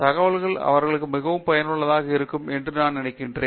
தகவல்கள் அவர்களுக்கு மிகவும் பயனுள்ளதாக இருக்கும் என்று நான் நினைக்கிறேன்